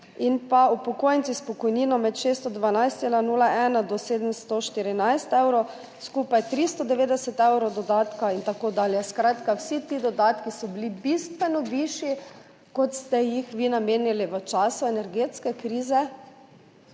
in upokojenci s pokojnino med 612,01 do 714 evrov skupaj 390 evrov dodatka in tako dalje. Skratka, vsi ti dodatki so bili bistveno višji, kot ste jih vi namenili v času energetske krize,